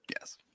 Yes